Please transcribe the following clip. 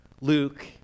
Luke